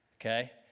Okay